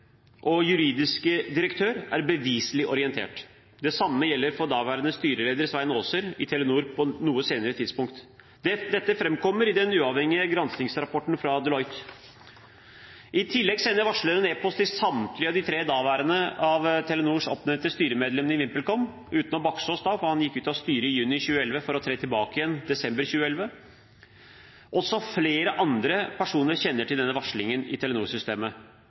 og juridiske direktør er beviselig orientert. Det samme gjelder for daværende styreleder Svein Aaser i Telenor, på et noe senere tidspunkt. Dette fremkommer i den uavhengige granskningsrapporten fra Deloitte. I tillegg sender varsleren e-post til samtlige av de tre daværende av Telenors oppnevnte styremedlemmer i VimpelCom – utenom Baksaas, for han gikk ut av styret i juni 2011 for å tre tilbake igjen i desember 2011. Også flere andre personer kjenner til denne varslingen i